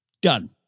Done